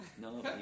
no